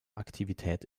aktivität